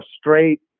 straight